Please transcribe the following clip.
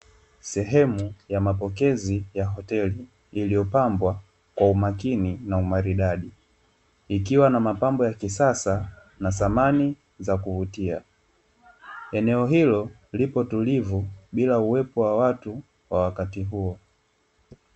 Sehemu ya mapokezi ya hoteli iliyo pambwa kwa umakini na umaridadi, ikiwa na mapambo ya kisasa na samani za kuvutia. Eneo hilo lipo tulivu bila uwepo wa watu wa wakati huo.